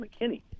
McKinney